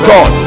God